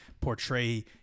portray